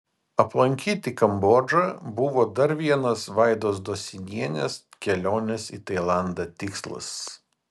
aplankyti kambodžą buvo dar vienas vaidos dosinienės kelionės į tailandą tikslas